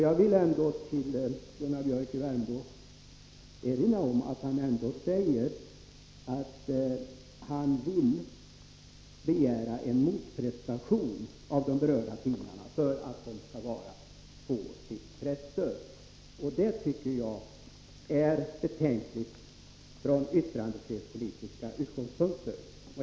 Jag vill ändå erinra Gunnar Biörck i Värmdö om att han ändå säger att han vill begära en motprestation av de berörda tidningarna för att de skall få sitt presstöd. Det tycker jag är betänkligt från yttrandefrihetspolitiska utgångspunkter.